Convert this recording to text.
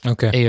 Okay